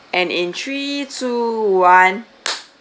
and in three two one